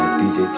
dj